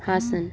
Haasan